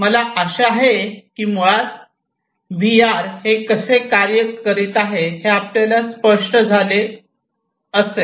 मला आशा आहे की हे मुळात व्ही आर हे कसे कार्य करीत आहे हे आपल्यास स्पष्ट झाले असे असेल